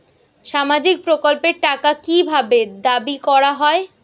সামাজিক প্রকল্পের টাকা কি ভাবে দাবি করা হয়?